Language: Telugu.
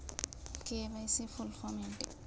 కే.వై.సీ ఫుల్ ఫామ్ ఏంటి?